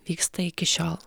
vyksta iki šiol